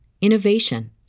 innovation